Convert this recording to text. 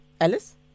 Alice